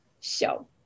show